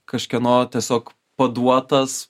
kažkieno tiesiog paduotas